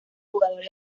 jugadores